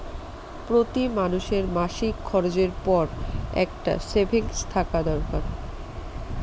প্রতি মানুষের মাসিক খরচের পর একটা সেভিংস থাকা দরকার